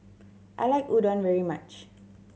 I like Udon very much